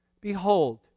Behold